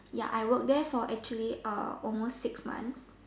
ya I work there for actually uh almost six months